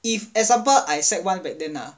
if example I sec one back then ah